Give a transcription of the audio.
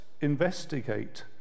investigate